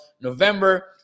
November